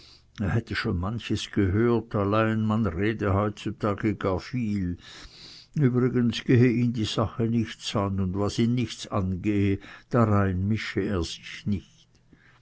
hätte schon manches gehört allein man rede heutzutage gar viel übrigens gehe ihn die ganze sache nichts an und was ihn nichts angehe darein mische er sich nicht